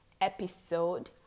episode